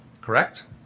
correct